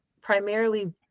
primarily